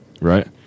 right